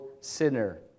sinner